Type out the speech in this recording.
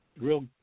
real